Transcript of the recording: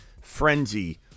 frenzy